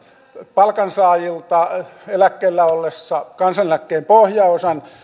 palkansaajilta eläkkeellä ollessa kansaneläkkeen pohjaosan